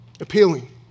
appealing